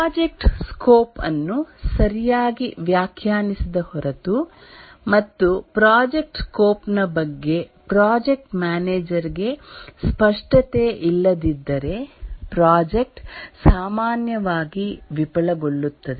project scope ಅನ್ನು ಸರಿಯಾಗಿ ವ್ಯಾಖ್ಯಾನಿಸದ ಹೊರತು ಮತ್ತು ಪ್ರಾಜೆಕ್ಟ್ ಸ್ಕೋಪ್ ನ ಬಗ್ಗೆ ಪ್ರಾಜೆಕ್ಟ್ ಮ್ಯಾನೇಜರ್ ಗೆ ಸ್ಪಷ್ಟತೆ ಇಲ್ಲದಿದ್ದರೆ ಪ್ರಾಜೆಕ್ಟ್ ಸಾಮಾನ್ಯವಾಗಿ ವಿಫಲಗೊಳ್ಳುತ್ತದೆ